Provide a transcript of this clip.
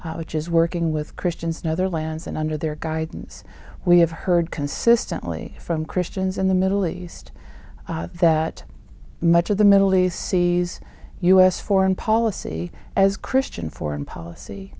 which is working with christians and other lands and under their guidance we have heard consistently from christians in the middle east that much of the middle east sees us foreign policy as christian foreign policy